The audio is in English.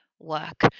work